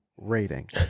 rating